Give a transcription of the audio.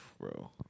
Bro